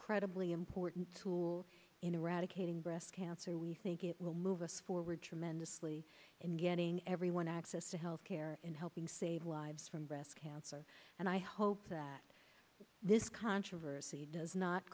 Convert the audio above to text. incredibly important tool in eradicating breast cancer we think it will move us forward tremendously in getting everyone access to health care and helping save lives from breast cancer and i hope that this controversy does not